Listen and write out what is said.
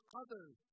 others